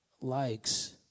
likes